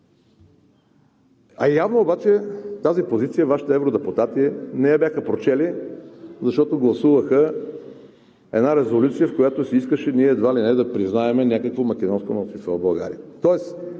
Явно обаче тази позиция Вашите евродепутати не я бяха прочели, защото гласуваха една резолюция, в която се искаше ние едва ли не да признаем някакво македонско малцинство в България.